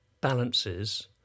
balances